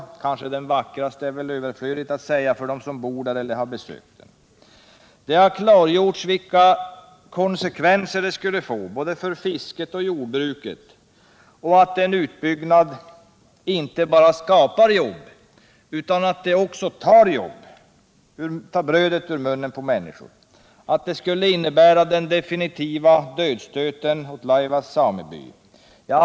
Att det kanske är den vackraste är ju överflödigt att säga för dem som bor där eller har besökt älvdalen. Det har klargjorts vilka konsekvenser en utbyggnad skulle få både för fisket och för jordbruket, att en utbyggnad inte bara skapar jobb utan också tar brödet ur munnen på människor och att den skulle innebära den definitiva dödsstöten mot Laevas sameby.